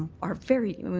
are very i mean,